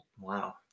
Wow